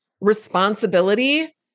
responsibility